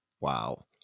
Wow